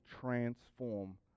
transform